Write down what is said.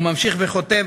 הוא ממשיך וכותב,